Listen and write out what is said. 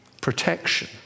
Protection